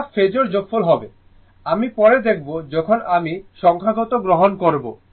এটা ফাজোর যোগফল হবে আমি পরে দেখব যখন আমি সংখ্যাগত গ্রহণ করব